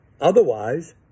Otherwise